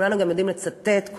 כולנו יודעים לצטט: